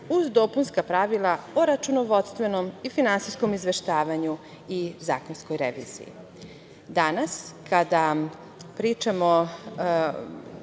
uz dopunska pravila o računovodstvenom i finansijskom izveštavanju i zakonskoj reviziji. Ovih dana kada pričamo